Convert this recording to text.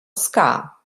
ska